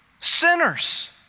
Sinners